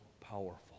powerful